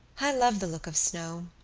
i love the look of snow,